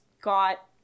got